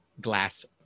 glass